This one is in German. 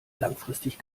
langfristig